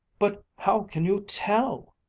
but how can you tell!